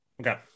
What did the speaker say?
Okay